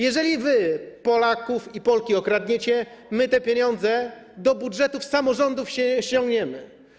Jeżeli wy Polaków i Polki okradniecie, my te pieniądze do budżetów samorządów ściągniemy.